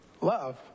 Love